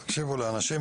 הוא העניין של הענישה,